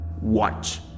Watch